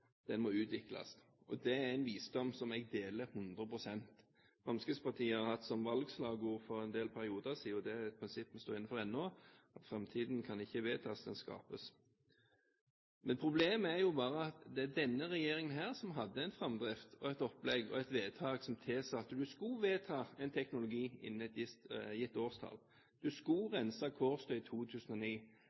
den må utvikles. Det er en visdom som jeg deler 100 pst. Fremskrittspartiet har hatt som valgslagord for en del perioder siden – og det er et prinsipp vi står inne for ennå: «Fremtiden vedtas ikke, den skapes.» Problemet er jo bare at det er denne regjeringen her som hadde en framdrift, et opplegg og et vedtak som tilsa at en skulle vedta en teknologi innen et gitt årstall. En skulle rense på Kårstø i 2009,